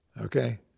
Okay